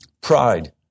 Pride